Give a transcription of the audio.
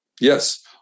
Yes